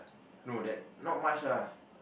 no that not much lah